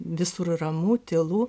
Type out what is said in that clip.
visur ramu tylu